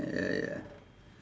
ya ya